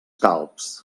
calbs